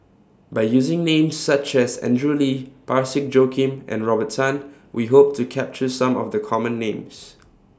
By using Names such as Andrew Lee Parsick Joaquim and Robert Tan We Hope to capture Some of The Common Names